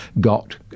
got